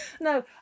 no